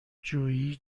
جویی